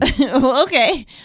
okay